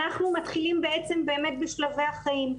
אנחנו מתחילים בעצם באמת בשלבי החיים.